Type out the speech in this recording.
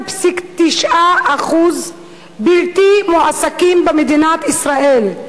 ואנחנו מדברים על 18.9% בלתי מועסקים במדינת ישראל.